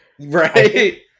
Right